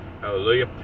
hallelujah